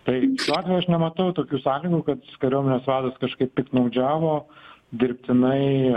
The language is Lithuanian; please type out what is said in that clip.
tai šiuo atveju aš nematau tokių sąlygų kad kariuomenės vadas kažkaip piktnaudžiavo dirbtinai